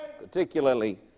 Particularly